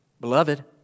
beloved